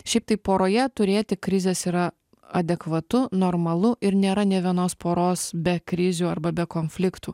šiaip tai poroje turėti krizes yra adekvatu normalu ir nėra nė vienos poros be krizių arba be konfliktų